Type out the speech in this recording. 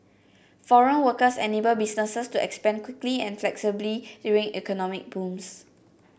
foreign workers enable businesses to expand quickly and flexibly during economic booms